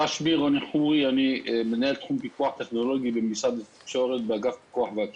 אני מנהל תחום פיקוח טכנולוגי במשרד התקשורת באגף פיקוח ואכיפה.